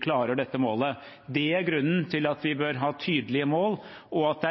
klarer dette målet. Det er grunnen til at vi bør ha tydelige mål, og